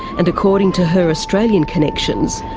and according to her australian connections,